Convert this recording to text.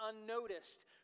unnoticed